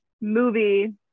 movie